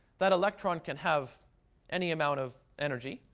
that electron can have any amount of energy,